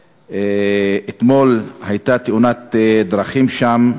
אתמול הייתה תאונת דרכים שם,